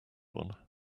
one